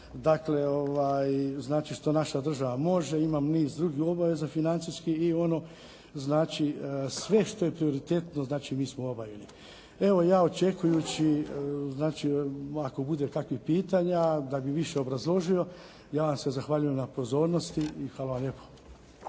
dakle znači što naša država može imam niz drugih obaveza financijskih i ono znači sve što je prioritetno znači mi smo obavili. Evo ja očekujući znači ako bude kakvih pitanja da bi više obrazložio ja vam se zahvaljujem na pozornosti i hvala vam lijepo.